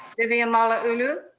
vivian malauulu.